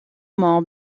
mort